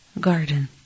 garden